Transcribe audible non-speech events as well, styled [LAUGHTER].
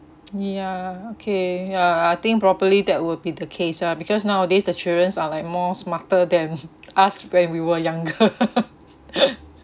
ya okay ya I think probably that would be the case ah because nowadays the children are like more smarter than us when we were younger [LAUGHS] [BREATH]